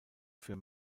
für